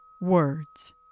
words